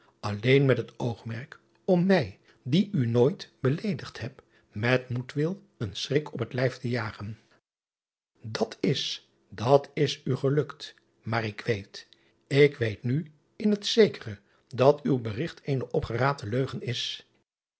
alleen met het oogmerk om mij die u nooit beleedigd heb met moedwil een schrik op het lijf te jagen dat is dat is u gelukt maar ik weet ik weet nu in het zekere dat uw berigt eene opgeraapte leugen is